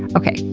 okay,